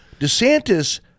DeSantis